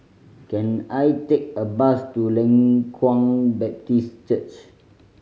can I take a bus to Leng Kwang Baptist Church